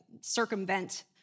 circumvent